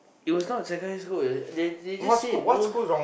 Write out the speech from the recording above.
it was not secondary school eh they they just say no